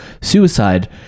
suicide